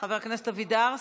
חבר הכנסת אבידר,